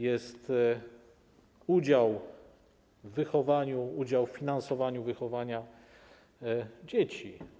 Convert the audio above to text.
Jest udział w wychowaniu, udział w finansowaniu wychowania dzieci.